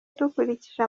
dukurikije